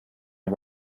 are